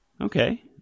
Okay